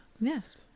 Yes